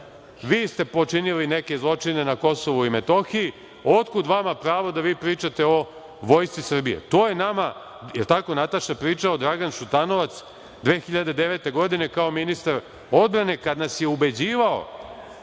vi ste počinili neke zločine na Kosovu i Metohiji, otkud vama pravo da vi pričate o vojsci Srbije? To je nama, jel tako, Nataša, pričao Dragan Šutanovac 2009. godine kao ministar odbrane, kad nas je ubeđivao